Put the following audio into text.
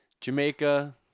jamaica